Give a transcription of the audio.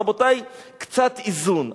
אז, רבותי, קצת איזון.